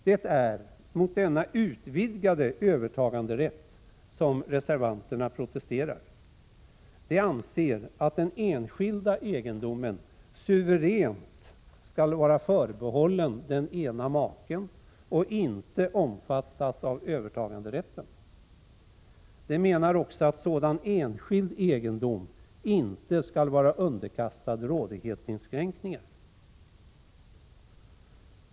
Det är mot denna utvidgade övertaganderätt som reservanterna protesterar. De anser att den enskilda egendomen suveränt skall vara förbehållen den ena maken och inte omfattas av övertaganderätten. De menar också att sådan enskild egendom inte skall vara underkastad rådighetsinskränkningar.